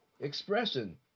expression